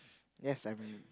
yes I'm